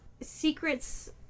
secrets